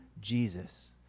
Jesus